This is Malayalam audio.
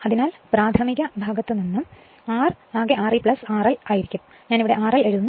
അതിനാൽ പ്രാഥമിക ഭാഗത്ത് നിന്ന് R ആകെ R e RL ആയിരിക്കും ഞാൻ ഇവിടെ RL എഴുതുന്നു